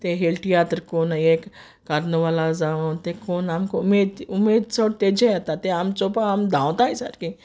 ते हेळ तियात्र कोन्न ये कार्नवाला जावं ते कोन आमक उमेद उमेद चोड तेजेर येता ते आम चोवपा आम धांवताय सारकीं